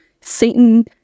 Satan